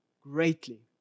greatly